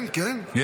כן, כן.